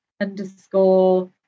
underscore